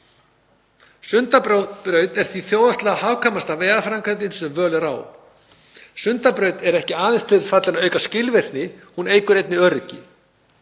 Sundabraut er því þjóðhagslega hagkvæmasta vegaframkvæmdin sem völ er á. Sundabraut er ekki aðeins til þess fallin að auka skilvirkni. Hún eykur einnig öryggi.